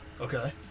Okay